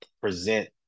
present